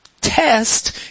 test